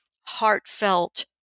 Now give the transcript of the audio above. heartfelt